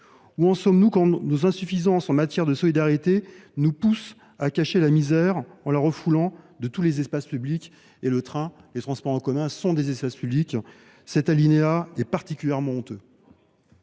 Où en sommes nous quand nos insuffisances en matière de solidarité nous poussent à cacher la misère en la refoulant de tous les espaces publics, notamment du train et des transports en commun ? Cet alinéa est particulièrement honteux.